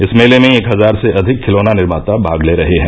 इस मेले में एक हजार से अधिक खिलौना निर्माता भाग ले रहे हैं